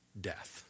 death